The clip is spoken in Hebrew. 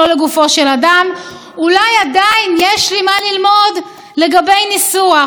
מעמדו של בית המשפט העליון יקר לי בדיוק כמו שהוא יקר לכם.